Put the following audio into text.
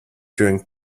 during